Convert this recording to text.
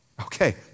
Okay